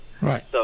Right